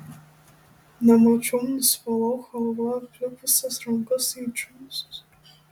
nemačiom nusivalau chalva aplipusias rankas į džinsus